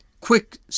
quick